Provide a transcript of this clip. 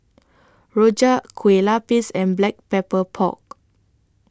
Rojak Kueh Lapis and Black Pepper Pork